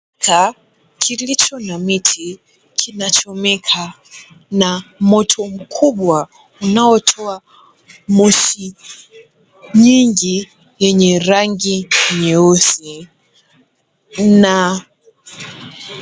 Mtaa kilicho na miti kinachomeka na moto mkubwa unaotoa moshi nyingi yenye rangi nyeusi na.